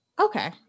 okay